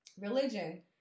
religion